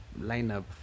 lineup